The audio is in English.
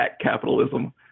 capitalism